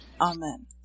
Amen